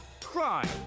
crime